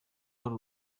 ahari